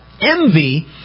Envy